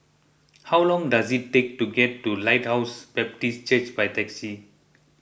how long does it take to get to Lighthouse Baptist Church by taxi